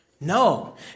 No